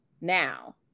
now